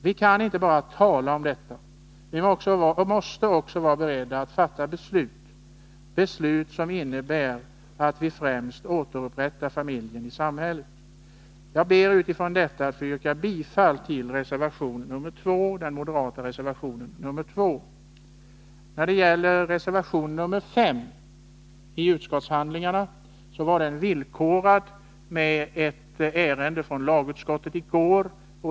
Vi kan inte bara tala om detta, vi måste också vara beredda att fatta beslut, beslut som innebär att vi främst återupprättar familjens ställning i samhället. Utifrån detta ber jag att få yrka bifall till den moderata reservationen Beträffande reservation nr5 i utskottsbetänkandet gäller den ”under förutsättning av bifall till reservation 1 i lagutskottets betänkande LU 1982/83:24” , som behandlades i går.